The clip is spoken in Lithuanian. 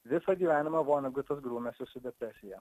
visą gyvenimą vonegutas grūmėsi su depresija